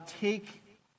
take